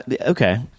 Okay